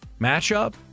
matchup